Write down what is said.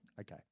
okay